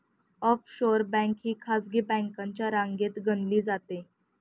offshore bank ही खासगी बँकांच्या रांगेत गणली जाते